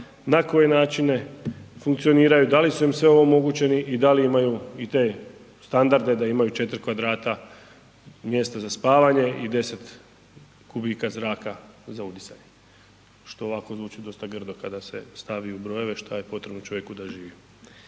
na koje načine funkcioniraju, da li su im sve omogućeni i da li imaju i te standarde da imaju 4 kvadrata mjesta za spavanje i 10 kubika zraka za udisanje. Što ovako zvuči dosta grdo kada se stavi u brojeve, šta je potrebo čovjeku da živi.